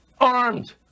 Armed